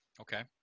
Okay